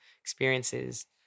experiences